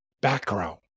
background